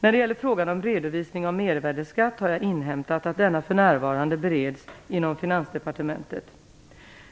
När det gäller frågan om redovisning av mervärdesskatt har jag inhämtat att denna för närvarande bereds inom Finansdepartementet.